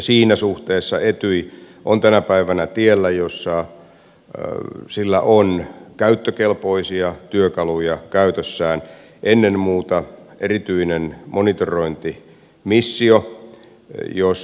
siinä suhteessa etyj on tänä päivänä tiellä jolla sillä on käyttökelpoisia työkaluja käytössään ennen muuta erityinen monitorointimissio